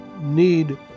need